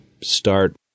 start